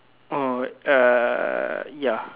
mm err ya